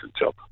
job